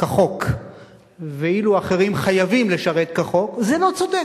כחוק ואילו אחרים חייבים לשרת כחוק, זה לא צודק,